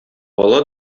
ала